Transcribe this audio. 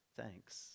thanks